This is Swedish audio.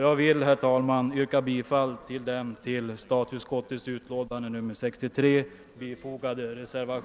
Jag vill, herr talman, yrka bifall till reservationen 1.